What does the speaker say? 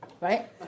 Right